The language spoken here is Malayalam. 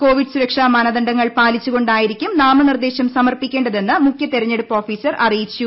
കോവിഡ് സുരക്ഷാ മാനദണ്ഡങ്ങൾ പാലിച്ചു കൊണ്ടായിരിക്കണം നാമനിർദ്ദേശം സമർപ്പിക്കേണ്ടതെന്ന് മുഖ്യതിരഞ്ഞെടുപ്പ് ഓഫീസർ അറിയിച്ചു